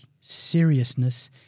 seriousness